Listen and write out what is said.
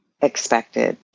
expected